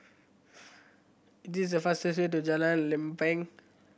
this is the fastest way to Jalan Lempeng